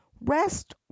rest